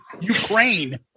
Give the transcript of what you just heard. Ukraine